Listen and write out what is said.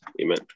amen